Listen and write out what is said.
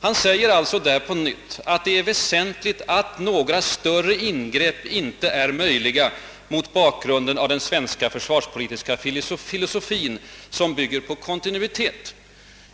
Han säger däri, att det är väsentligt »att några större ingrepp inte är möjliga mot bakgrunden av den svenska försvarspolitiska filosofin, som bygger på kontinuitet».